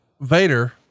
vader